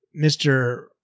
Mr